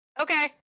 okay